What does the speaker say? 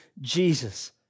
Jesus